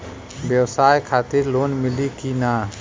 ब्यवसाय खातिर लोन मिली कि ना?